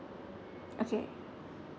okay